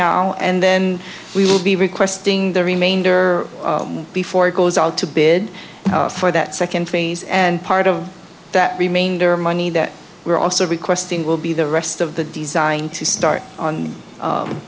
now and then we will be requesting the remainder before it goes out to bid for that second phase and part of that remainder money that we are also requesting will be the rest of the design to start on